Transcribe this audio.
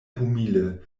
humile